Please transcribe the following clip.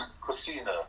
Christina